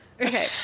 Okay